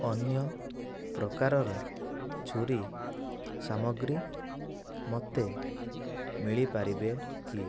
ଅନ୍ୟ ପ୍ରକାରର ଛୁରୀ ସାମଗ୍ରୀ ମୋତେ ମିଳିପାରିବ କି